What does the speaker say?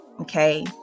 okay